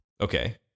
Okay